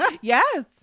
yes